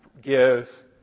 gives